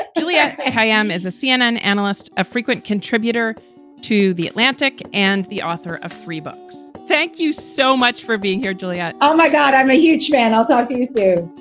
ah juliette kayyem is a cnn analyst, a frequent contributor to the atlantic and the author of three books. thank you so much for being here, juliette. oh, my god. i'm a huge fan. i'll talk to you soon.